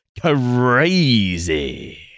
Crazy